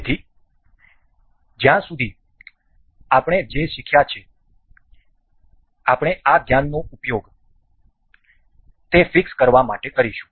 તેથી જ્યાં સુધી આપણે જે શીખ્યા છે આપણે આ જ્ઞાનનો ઉપયોગ તેને ફિક્સ કરવા માટે કરીશું